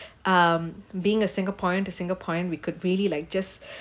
um being a singaporean to singaporean we could really like just